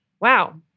wow